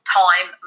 time